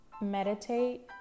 Meditate